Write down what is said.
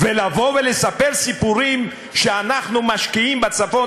ולבוא ולספר סיפורים שאנחנו משקיעים בצפון,